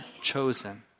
chosen